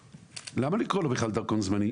ולמה לקרוא לו בכלל דרכון זמני?